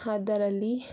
ಅದರಲ್ಲಿ